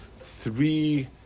three